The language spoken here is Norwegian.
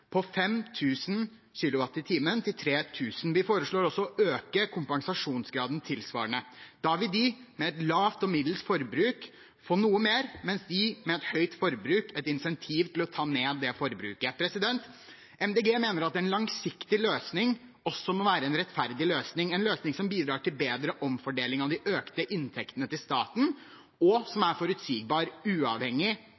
kWh i til 3 000. Vi foreslår også å øke kompensasjonsgraden tilsvarende. Da vil de med et lavt og middels forbruk få noe mer, mens de med et høyt forbruk får et insentiv til å ta ned det forbruket. Miljøpartiet De Grønne mener at en langsiktig løsning også må være en rettferdig løsning, en løsning som bidrar til bedre omfordeling av de økte inntektene til staten, og som